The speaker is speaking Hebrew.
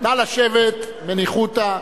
נא לשבת בניחותא.